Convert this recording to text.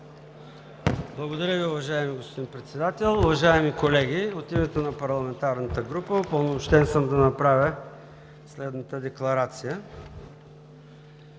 Благодаря Ви, уважаеми господин Председател. Уважаеми колеги, от името на парламентарната група съм упълномощен да направя следната декларация.